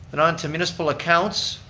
and on to municipal accounts.